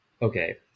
Okay